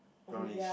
brownly